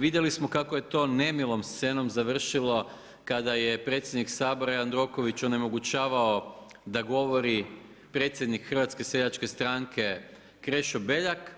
Vidjeli smo kako je to nemilom scenom završilo, kada je predsjednik Sabora, Jandroković onemogućavao, da govori predsjednik HSS-a Krešo Beljak